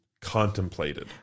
contemplated